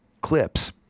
clips